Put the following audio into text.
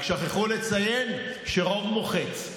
רק שכחו לציין שרוב מוחץ,